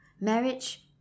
marriage